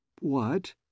What